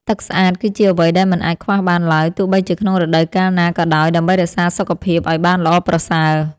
ទឹកស្អាត គឺជាអ្វីដែលមិនអាចខ្វះបានឡើយទោះបីជាក្នុងរដូវកាលណាក៏ដោយដើម្បីរក្សាសុខភាពឱ្យបានល្អប្រសើរ។